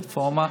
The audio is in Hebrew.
רפורמה,